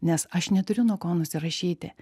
nes aš neturiu nuo ko nusirašyti